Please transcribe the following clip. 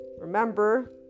remember